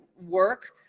work